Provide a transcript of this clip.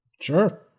Sure